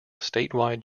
statewide